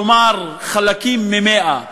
כלומר חלקים מ-100.